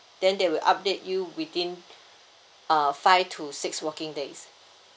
then they will update you within uh five to six working days